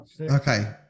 Okay